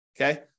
Okay